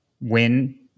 win